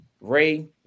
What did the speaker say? Ray